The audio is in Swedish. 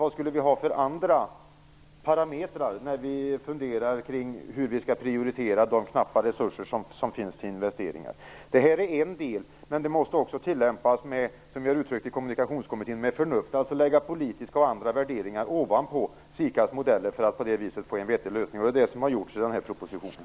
Vilka andra parametrar skulle vi ha när vi funderar kring hur vi skall prioritera de knappa resurser som finns till investeringar? Det här är en del, men det måste också - som vi har uttryckt det i Kommunikationskommittén - tillämpas med förnuft. Vi måste lägga politiska och andra värderingar ovanpå SIKA:s modeller för att få en vettig lösning. Det är också det som har gjorts i propositionen.